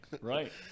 Right